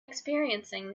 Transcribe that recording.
experiencing